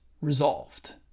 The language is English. resolved